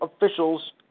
officials